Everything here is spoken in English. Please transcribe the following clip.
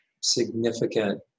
significant